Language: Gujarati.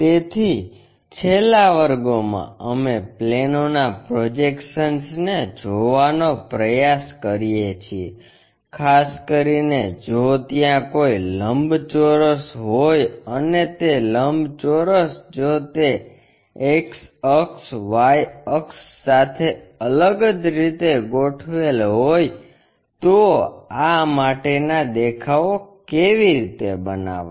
તેથી છેલ્લા વર્ગોમાં અમે પ્લેનોના પ્રોજેક્શન્સને જોવાનો પ્રયાસ કરીએ છીએ ખાસ કરીને જો ત્યાં કોઈ લંબચોરસ હોય અને તે લંબચોરસ જો તે X અક્ષ Y અક્ષ સાથે અલગ જ રીતે ગોઠવેલ હોય તો આ માટેના દેખાવો કેવી રીતે બનાવવા